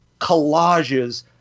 collages